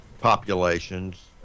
populations